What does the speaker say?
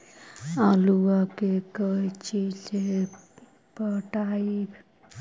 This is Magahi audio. आलुआ के कोचि से पटाइए?